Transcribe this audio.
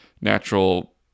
natural